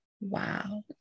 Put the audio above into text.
Wow